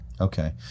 Okay